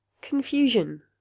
Confusion